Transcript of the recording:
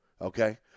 Okay